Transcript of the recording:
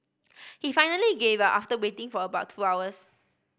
he finally gave up after waiting for about two hours